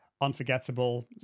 Unforgettable